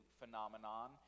phenomenon